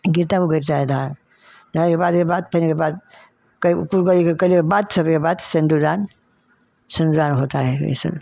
गिरता है उ गिरता है धार धार के बाद के बाद फेन एके बाद त बाद सब के बाद सेंदुर दान सेंदूर दान होता है यही सब